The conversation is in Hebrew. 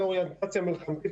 לאוריינטציה מלחמתית,